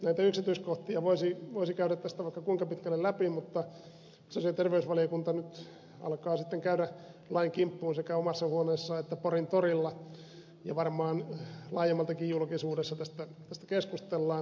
näitä yksityiskohtia voisi käydä tästä vaikka kuinka pitkälle läpi mutta sosiaali ja terveysvaliokunta nyt alkaa sitten käydä lain kimppuun sekä omassa huoneessaan että porin torilla ja varmaan laajemmaltikin julkisuudessa tästä keskustellaan